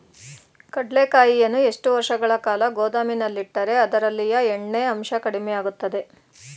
ಕಡ್ಲೆಕಾಯಿಯನ್ನು ಎಷ್ಟು ವರ್ಷಗಳ ಕಾಲ ಗೋದಾಮಿನಲ್ಲಿಟ್ಟರೆ ಅದರಲ್ಲಿಯ ಎಣ್ಣೆ ಅಂಶ ಕಡಿಮೆ ಆಗುತ್ತದೆ?